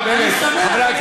מי אתה?